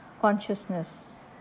consciousness